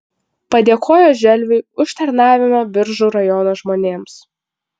padėkojo želviui už tarnavimą biržų rajono žmonėms